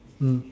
mm